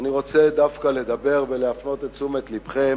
אני רוצה דווקא לדבר ולהפנות את תשומת לבכם